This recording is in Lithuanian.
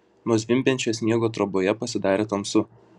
nuo zvimbiančio sniego troboje pasidarė tamsu